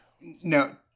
No